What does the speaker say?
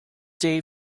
day